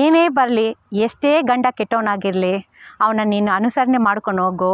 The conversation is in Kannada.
ಏನೇ ಬರಲಿ ಎಷ್ಟೇ ಗಂಡ ಕೆಟ್ಟವನಾಗಿರ್ಲಿ ಅವ್ನನ್ನು ನೀನು ಅನುಸರಣೆ ಮಾಡ್ಕೊಂಡೋಗು